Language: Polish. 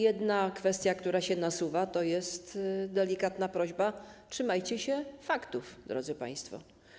Jedna kwestia, która się nasuwa, to jest delikatna prośba - trzymajcie się faktów, drodzy państwo.